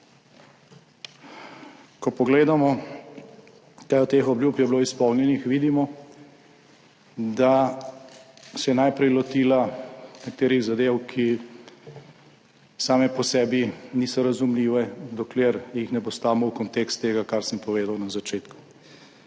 Ko pogledamo, kaj od teh obljub je bilo izpolnjeno, vidimo, da se je najprej lotila nekaterih zadev, ki same po sebi niso razumljive, dokler jih ne postavimo v kontekst tega, kar sem povedal na začetku.